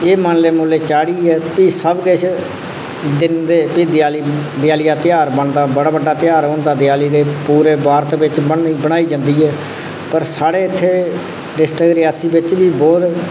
एह मनले मुनले चाढ़ियै भी सब किश दिंदे भी देआली देआली दा तेहार बनदा बड़ा बड्डा तेहार होंदा देआली दा पूरे भारत बिच बनाई जंदी ऐ पर साढ़े इत्थै डिस्ट्रिक रियासी बिच बी बहुत